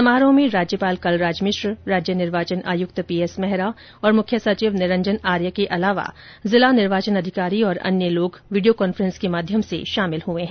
समारोह में राज्यपाल कलराज मिश्र राज्य निर्वाचन आयुक्त पीएस मेहरा और मुख्य सचिव निरंजन आर्य के अलावा जिला निर्वाचन अधिकारी तथा अन्य लोग वीडियो कॉन्फ्रेंस के माध्यम से शामिल हुए हैं